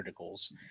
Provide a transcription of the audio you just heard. criticals